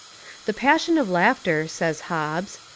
the passion of laughter, says hobbes,